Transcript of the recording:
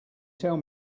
tell